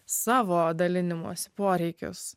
savo dalinimosi poreikius